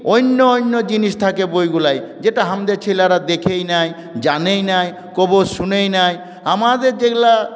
অন্য অন্য জিনিস থাকে বইগুলোয় যেটা আমাদের ছেলেরা দেখেইনি জানেইনি কভুও শোনেইনি আমাদের যেগুলো